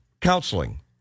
counseling